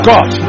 God